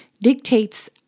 dictates